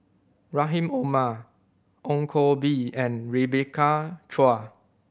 Rahim Omar Ong Koh Bee and Rebecca Chua